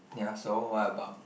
ya so what about